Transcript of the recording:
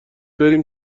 بریم